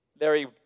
Larry